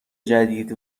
جدید